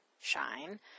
shine